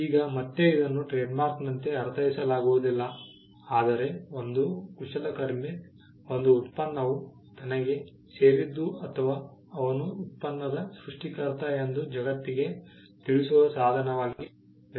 ಈಗ ಮತ್ತೆ ಇದನ್ನು ಟ್ರೇಡ್ಮಾರ್ಕ್ನಂತೆ ಅರ್ಥೈಸಲಾಗುವುದಿಲ್ಲ ಆದರೆ ಒಂದು ಕುಶಲಕರ್ಮಿ ಒಂದು ಉತ್ಪನ್ನವು ತನಗೆ ಸೇರಿದ್ದು ಅಥವಾ ಅವನು ಉತ್ಪನ್ನದ ಸೃಷ್ಟಿಕರ್ತ ಎಂದು ಜಗತ್ತಿಗೆ ತಿಳಿಸುವ ಸಾಧನವಾಗಿ ಅರ್ಥೈಸಲಾಗಿದೆ